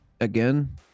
Again